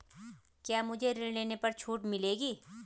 क्या मुझे ऋण लेने पर छूट मिलेगी?